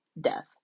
death